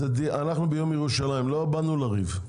אנחנו ביום ירושלים, לא באנו לריב.